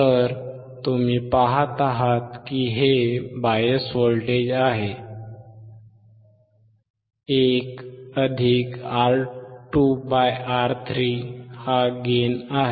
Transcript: तर तुम्ही पहात आहात की हे बायस व्होल्टेज आहे 1R2R3 हा गेन आहे